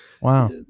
wow